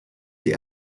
die